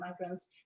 Migrants